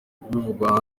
kubivugwa